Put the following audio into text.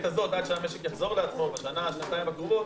ואנחנו אומרים שבעת הזאת עד שהמשק יחזור לעצמו בשנה-שנתיים הקרובות